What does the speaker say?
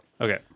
Okay